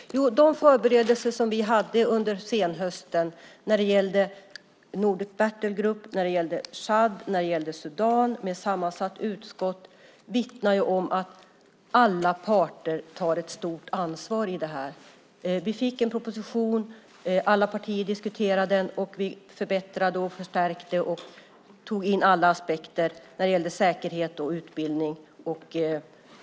Herr talman! De förberedelser som vi hade under senhösten när det gällde Nordic Battle Group, Tchad och Sudan med ett sammansatt utskott vittnar om att alla parter tar ett stort ansvar i det här. Vi fick en proposition som alla partier diskuterade, och vi förbättrade och förstärkte den och tog in alla aspekter när det gällde säkerhet och utbildning.